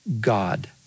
God